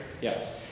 Yes